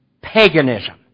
paganism